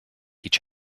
each